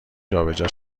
جابجا